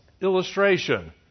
illustration